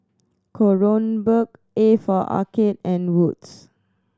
Kronenbourg A for Arcade and Wood's